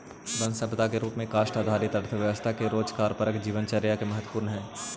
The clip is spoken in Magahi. वन सम्पदा के रूप में काष्ठ आधारित अर्थव्यवस्था के रोजगारपरक जीवनचर्या में महत्त्व हइ